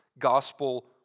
gospel